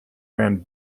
ran